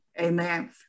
Amen